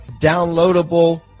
downloadable